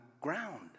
ground